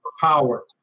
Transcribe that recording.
power